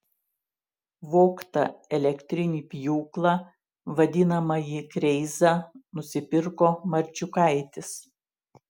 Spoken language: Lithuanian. vogtą elektrinį pjūklą vadinamąjį kreizą nusipirko marčiukaitis